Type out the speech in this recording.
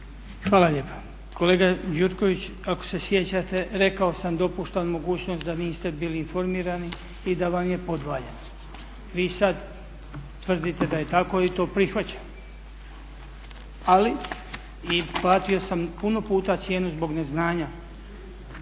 Hvala lijepa. Kolega Gjurković ako se sjećate rekao sam dopuštam mogućnost da niste bili informirani i da vam je podvaljeno. Vi sad tvrdite da je tako i to prihvaćam. Ali, i platio sam puno puta cijenu zbog neznanja,